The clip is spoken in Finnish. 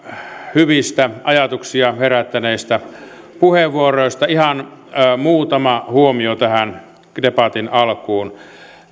hyvistä ajatuksia herättäneistä puheenvuoroista ihan muutama huomio tähän debatin alkuun